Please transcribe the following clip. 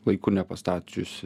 laiku nepastačius